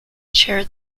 chaired